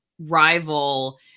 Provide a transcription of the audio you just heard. rival